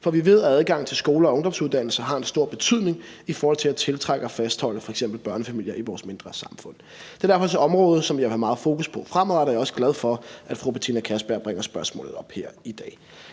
For vi ved, at adgangen til skoler og ungdomsuddannelser har en stor betydning i forhold til at tiltrække og fastholde f.eks. børnefamilier i vores mindre samfund. Det er derfor også et område, som jeg vil have meget fokus på fremadrettet, og jeg er også glad for, at fru Betina Kastbjerg bringer spørgsmålet op her i dag.